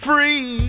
Free